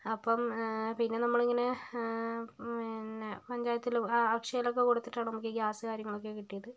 അപ്പം പിന്നെ നമ്മള് ഇങ്ങനെ പിന്നെ പഞ്ചായത്തിലും അക്ഷയയിലും കൊടുത്തിട്ടാണ് നമുക്ക് ഈ ഗ്യാസ് കാര്യങ്ങളൊക്കെ കിട്ടിയത്